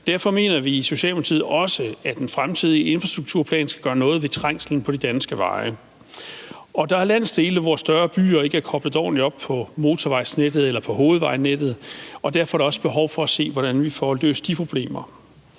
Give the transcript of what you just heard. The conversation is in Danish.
Derfor mener vi i Socialdemokratiet også, at den fremtidige infrastrukturplan skal gøre noget ved trængslen på de danske veje. Der er landsdele, hvor større byer ikke er koblet ordentligt op på motorvejsnettet eller på hovedvejsnettet, og derfor er der også behov for at se, hvordan vi får løst de problemer.